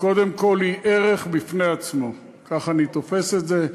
היא קודם כול ערך בפני עצמו, כך אני תופס את זה.